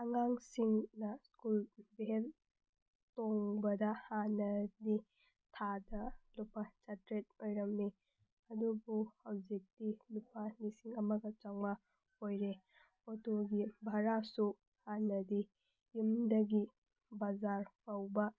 ꯑꯉꯥꯡꯁꯤꯡꯅ school van ꯇꯣꯡꯕꯗ ꯍꯥꯟꯅꯗꯤ ꯊꯥꯗ ꯂꯨꯄꯥ ꯆꯥꯇꯔꯦꯠ ꯑꯣꯏꯔꯝꯃꯤ ꯑꯗꯨꯕꯨ ꯍꯧꯖꯤꯛꯇꯤ ꯂꯨꯄꯥ ꯂꯤꯁꯤꯡ ꯑꯃꯒ ꯆꯃꯉꯥ ꯑꯣꯏꯔꯦ ꯑꯣꯇꯣꯒꯤ ꯚꯔꯥꯁꯨ ꯍꯥꯟꯅꯗꯤ ꯌꯨꯝꯗꯒꯤ ꯕꯖꯥꯔ ꯐꯥꯎꯕ